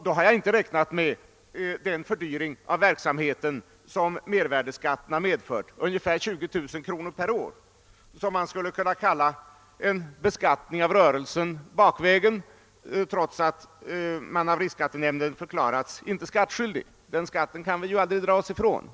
Då har jag inte räknat med den fördyring av verksamheten som mervärdeskatten medfört på omkring 20000 kronor per år, som man skulle kunna kalla en beskattning av rörelsen bakvägen, trots att denna av riksskattenämnden förklarats — icke skattskyldig. Mervärdeskatten kan vi ju aldrig dra oss ifrån.